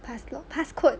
pass lock pass code